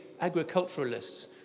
agriculturalists